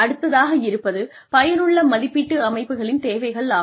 அடுத்ததாக இருப்பது பயனுள்ள மதிப்பீட்டு அமைப்புகளின் தேவைகள் ஆகும்